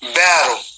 battle